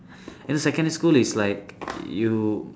in secondary school it's like you